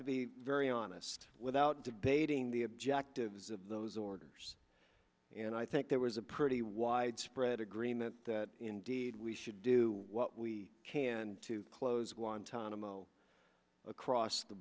the very honest without debating the objectives of those orders and i think there was a pretty widespread agreement that indeed we should do what we can to close guantanamo across the